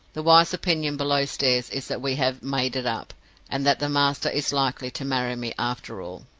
the wise opinion below stairs is that we have made it up and that the master is likely to marry me after all.